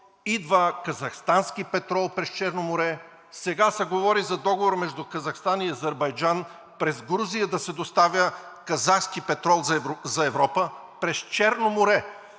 идва казахстански петрол през Черно море. Сега се говори за договор между Казахстан и Азербайджан през Грузия да се доставя казахски петрол за Европа през Черно море.